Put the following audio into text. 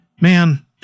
man